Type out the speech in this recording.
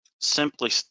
Simply